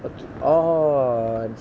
okay orh